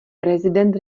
prezident